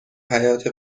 حیاط